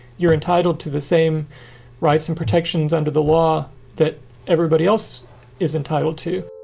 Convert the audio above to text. you're entitled to the same rights and protections under the law that everybody else is entitled to